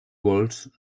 volts